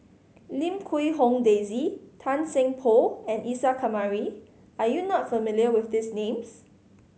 Lim Quee Hong Daisy Tan Seng Poh and Isa Kamari are you not familiar with these names